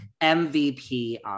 MVP